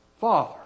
Father